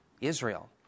Israel